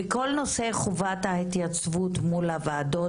בכל נושא חובת ההתייצבות מול הוועדות,